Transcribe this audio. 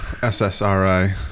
SSRI